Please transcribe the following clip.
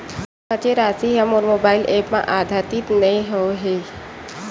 बचे राशि हा मोर मोबाइल ऐप मा आद्यतित नै होए हे